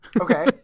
Okay